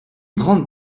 grande